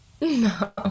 No